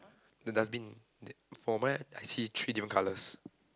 the dustbin that for mine I see three different colours